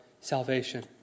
salvation